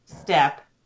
step